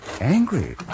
Angry